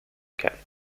kept